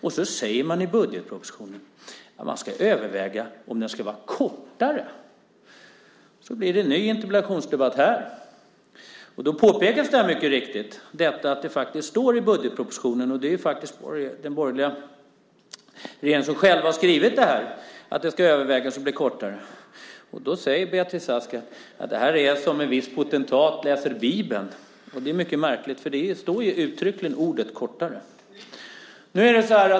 Man säger i budgetpropositionen att man ska överväga om utbildningen ska vara kortare. Det blev en ny interpellationsdebatt här i kammaren. Där påpekades det mycket riktigt att det faktiskt står i budgetpropositionen, och det är den borgerliga regeringen som själv har skrivit det, att det ska övervägas om den ska bli kortare. Beatrice Ask säger då att det är som en viss potentat läser Bibeln. Det är mycket märkligt. Ordet kortare står uttryckligen i propositionen.